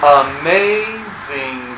amazing